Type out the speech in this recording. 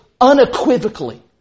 unequivocally